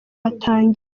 batangiye